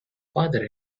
father